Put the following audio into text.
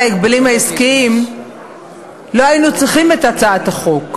ההגבלים העסקיים לא היינו צריכים את הצעת החוק,